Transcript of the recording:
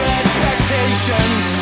expectations